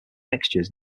mixtures